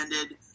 ended